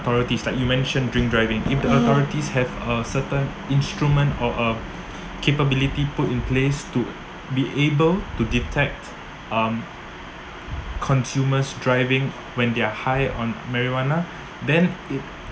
priorities like you mention drink driving if the authorities have a certain instrument or a capability put in place to be able to detect um consumers driving when they're high on marijuana then it